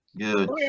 Good